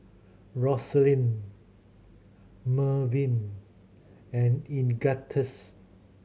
Roselyn Mervyn and Ignatius